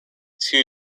two